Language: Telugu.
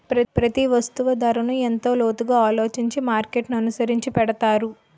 ప్రతి వస్తువు ధరను ఎంతో లోతుగా ఆలోచించి మార్కెట్ననుసరించి పెడతారు